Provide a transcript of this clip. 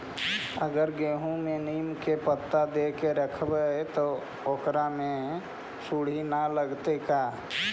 अगर गेहूं में नीम के पता देके यखबै त ओकरा में सुढि न लगतै का?